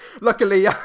Luckily